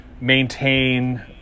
maintain